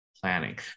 planning